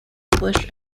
english